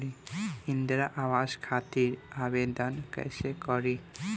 इंद्रा आवास खातिर आवेदन कइसे करि?